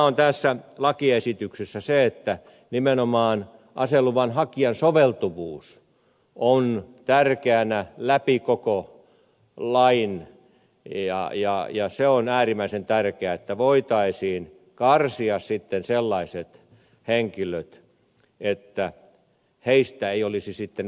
hyvää tässä lakiesityksessä on se että nimenomaan aseluvan hakijan soveltuvuus on tärkeänä läpi koko lain ja se on äärimmäisen tärkeää että voitaisiin karsia sitten sellaiset henkilöt joista olisi sitten vaaraa